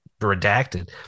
redacted